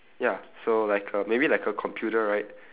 ya so like a maybe like a computer right